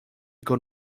con